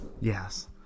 Yes